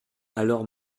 alors